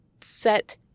set